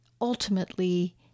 ultimately